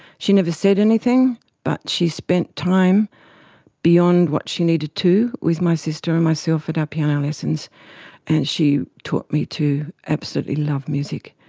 she never said anything but she spent time beyond what she needed to with my sister and myself at our piano lessons and she taught me to absolutely love music.